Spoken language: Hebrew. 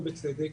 ובצדק.